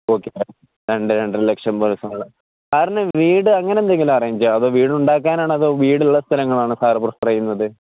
okay sir രണ്ട് രണ്ട് ലക്ഷം പസങ്ങള് സറിന് വീട് അങ്ങനെ എന്തെങ്കിലും അറേഞ്ച് ചെയ്യാം അതോ വീട് ഉണ്ടാക്കാനാണ അതോ വീടുള്ള സ്ഥലങ്ങളാണ് സാറ് പ്രിഫറെ ചെയ്യുന്നത്